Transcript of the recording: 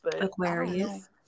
Aquarius